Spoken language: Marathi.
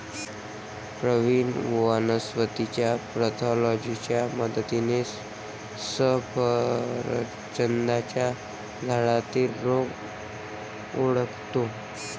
प्रवीण वनस्पतीच्या पॅथॉलॉजीच्या मदतीने सफरचंदाच्या झाडातील रोग ओळखतो